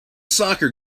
soccer